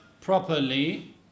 properly